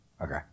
Okay